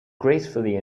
gracefully